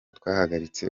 twahagaritse